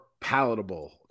palatable